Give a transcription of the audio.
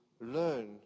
learn